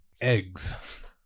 eggs